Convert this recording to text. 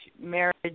marriage